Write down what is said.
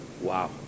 Wow